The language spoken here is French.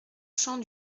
champ